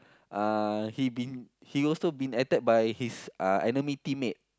uh he been he also been attack by his uh enemy teammate